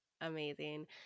Amazing